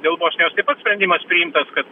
dėl bosnijos sprendimas priimtas kad